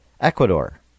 Ecuador